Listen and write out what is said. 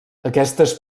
aquestes